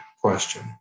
question